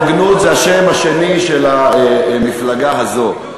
הוגנות זה השם השני של המפלגה הזאת.